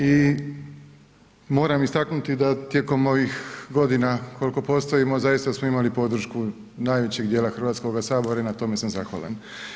I moram istaknuti da tijekom ovih godina koliko postojimo zaista smo imali podršku najvećeg dijela Hrvatskoga sabora i na tome sam zahvalan.